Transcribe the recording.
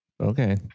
Okay